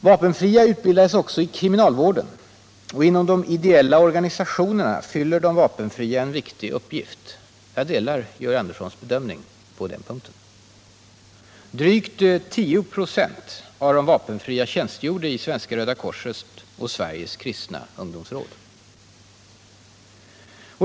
Vapenfria utbildas också inom kriminalvården, och inom de ideella organisationerna fyller de vapenfria en viktig uppgift. Jag delar Georg Anderssons bedömning på den punkten. Drygt 10 96 av de vapenfria tjänstgjorde i Svenska röda korset och Sveriges kristna ungdomsråd.